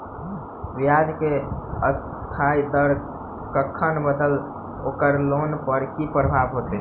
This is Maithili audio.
ब्याज केँ अस्थायी दर कखन बदलत ओकर लोन पर की प्रभाव होइत?